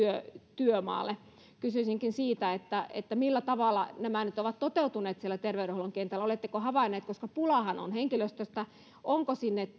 työmaalle kysyisinkin siitä että että millä tavalla nämä nyt ovat toteutuneet siellä terveydenhuollon kentällä oletteko havainneet koska pulaahan on henkilöstöstä että sinne